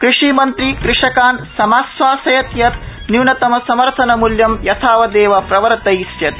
कृषिमन्त्री कृषकान् समाश्वासयत् यत् न्यूनतम् समर्थन मूल्यं यथावदेव प्रवर्तयिष्यते